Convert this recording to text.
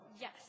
Yes